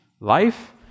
life